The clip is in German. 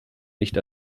nicht